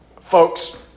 folks